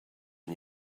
and